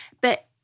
But-